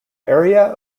area